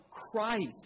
Christ